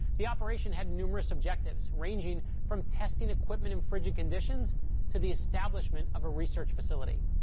the operation had numerous objectives, ranging from testing equipment in frigid conditions to the establishment of a research facility.